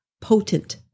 potent